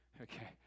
Okay